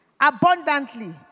abundantly